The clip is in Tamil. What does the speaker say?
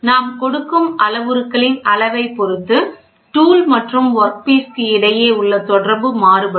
நாம் கொடுக்கும் அளவுருக்களின் அளவைப் பொருத்து டுல் மற்றும் வொர்க் பிஸ் க்கும் இடையே உள்ள தொடர்பு மாறுபடும்